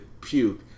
puke